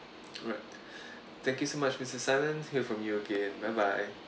alright thank you so much mister simon hear from you again bye bye